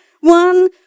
One